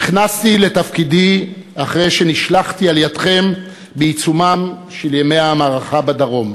נכנסתי לתפקידי אחרי שנשלחתי על-ידיכם בעיצומם של ימי המערכה בדרום.